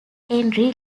entry